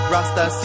Rasta